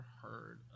heard